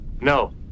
No